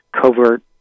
covert